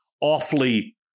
awfully